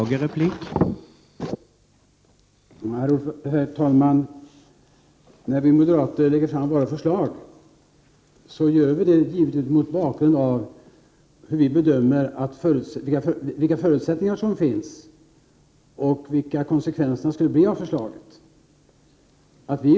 Herr talman! När vi moderater lägger fram våra förslag gör vi det mot bakgrund av hur vi bedömer de förutsättningar som föreligger och vilka konsekvenser förslagen får om de genomförs.